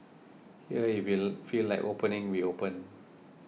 here if we feel like opening we open